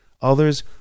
Others